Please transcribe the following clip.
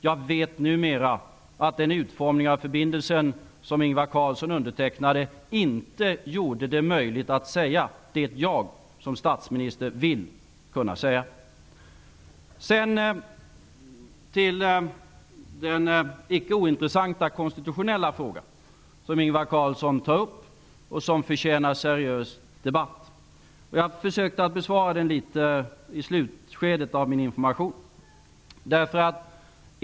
Jag vet numera att den utformning av förbindelsen som Ingvar Carlsson undertecknade inte gjorde det möjligt att säga det som jag som statsminister vill kunna säga. Ingvar Carlsson tar upp en icke ointressant konstitutionell fråga, och den förtjänar en seriös debatt. Jag försökte besvara den litet i slutet av min information.